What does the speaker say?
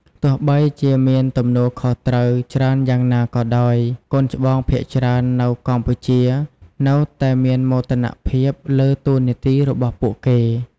ទោះបីជាមានទំនួលខុសត្រូវច្រើនយ៉ាងណាក៏ដោយ កូនច្បងភាគច្រើននៅកម្ពុជា នៅតែមានមោទនភាពលើតួនាទីរបស់ពួកគេ។